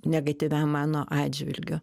negatyviam mano atžvilgiu